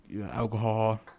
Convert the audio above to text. Alcohol